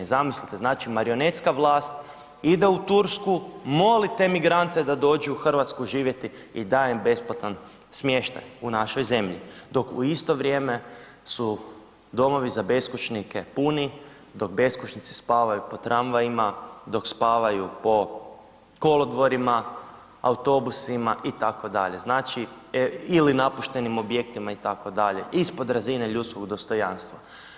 Zamislite, znači marionetska vlast ide u Tursku, moli te migrante da dođu u RH živjeti i daje im besplatan smještaj u našoj zemlji, dok u isto vrijeme su domovi za beskućnike puni, dok beskućnici spavaju po tramvajima, dok spavaju po kolodvorima, autobusima itd. znači, ili napuštenim objektima itd., ispod razine ljudskog dostojanstva.